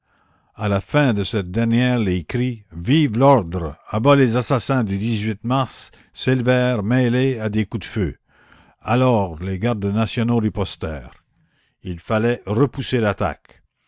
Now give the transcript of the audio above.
la fin de cette dernière les cris vive l'ordre à bas les assassins du mars s'élevèrent mêlés à des coups de feu alors les gardes nationaux ripostèrent il fallait repousser l'attaque